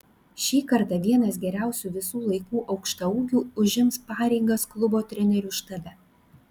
šį kartą vienas geriausių visų laikų aukštaūgių užims pareigas klubo trenerių štabe